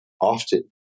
often